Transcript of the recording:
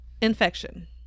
infection